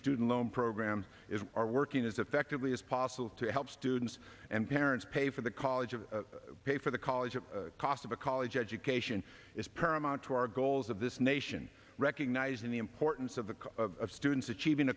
student loan program is are working as effectively as possible to help students and parents pay for the college of pay for the college the cost of a college education is paramount to our goals of this nation recognizing the importance of the students achieving